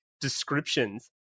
descriptions